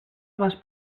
más